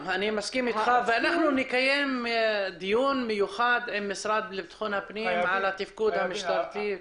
אנחנו נקיים דיון מיוחד עם המשרד לביטחון פנים על הטיפול המשטרתי.